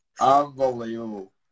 Unbelievable